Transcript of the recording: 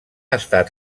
estat